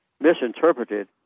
misinterpreted